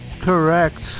Correct